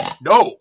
no